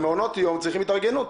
מעונות היום צריכים התארגנות.